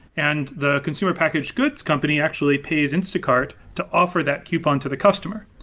and the consumer packaged goods company actually pays instacart to offer that coupon to the customer.